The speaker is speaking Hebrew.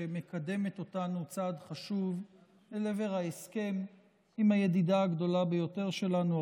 שמקדמת אותנו צעד חשוב אל עבר ההסכם עם הידידה הגדולה ביותר שלנו,